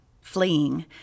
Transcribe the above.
fleeing